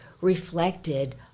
reflected